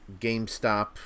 GameStop